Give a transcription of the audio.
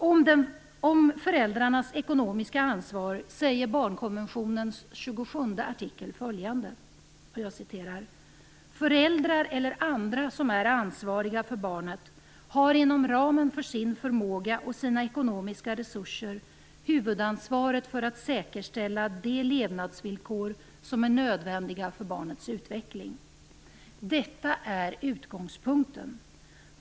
Om föräldrarnas ekonomiska ansvar säger barnkonventionens tjugosjunde artikel följande: "Föräldrar eller andra som är ansvariga för barnet har, inom ramen för sin förmåga och sina ekonomiska resurser, huvudansvaret för att säkerställa de levnadsvillkor som är nödvändiga för barnets utveckling." Detta är utgångspunkten.